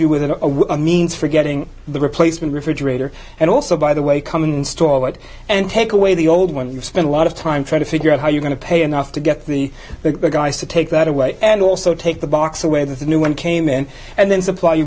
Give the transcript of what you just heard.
you with a means for getting the replacement refrigerator and also by the way coming install it and take away the old one you've spent a lot of time trying to figure out how you're going to pay enough to get the guys to take that away and also take the box away that the new one came in and then supply